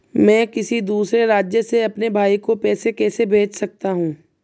मैं किसी दूसरे राज्य से अपने भाई को पैसे कैसे भेज सकता हूं?